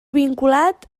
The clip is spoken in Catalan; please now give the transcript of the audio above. vinculat